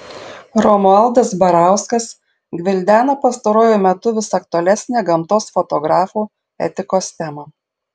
romualdas barauskas gvildena pastaruoju metu vis aktualesnę gamtos fotografų etikos temą